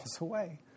away